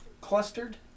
clustered